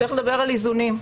צריך לדבר על איזונים.